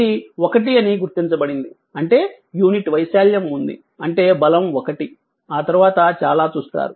ఇది 1 అని గుర్తించబడింది అంటే యూనిట్ వైశాల్యం ఉంది అంటే బలం 1 ఆ తరువాత చాలా చూస్తారు